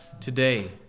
today